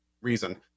reason